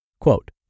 Quote